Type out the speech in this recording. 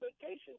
vacation